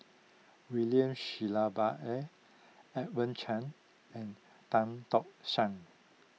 William Shellabear Edmund Chen and Tan Tock San